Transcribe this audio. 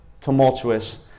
tumultuous